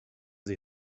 sie